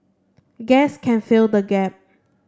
gas can fill the gap